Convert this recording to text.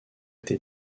été